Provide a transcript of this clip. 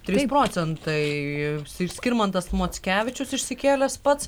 trys procentai skirmantas mockevičius išsikėlęs pats